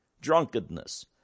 Drunkenness